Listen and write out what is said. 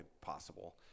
possible